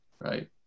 right